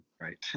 Right